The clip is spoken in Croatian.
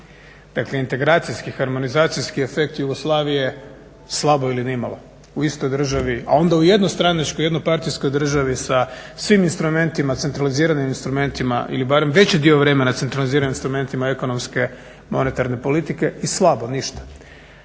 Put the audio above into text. Dakle integracijski, harmonizacijski efekt Jugoslavije slabo ili nimalo u istoj državi, a onda u jednostranačkoj jednopartijskoj državi sa svim instrumentima centraliziranim instrumentima ili barem veći dio vremena centraliziranim instrumentima ekonomske monetarne politike i slabo, ništa.